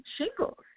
shingles